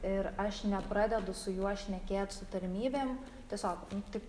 ir aš nepradedu su juo šnekėt su tarmybėm tiesiog taip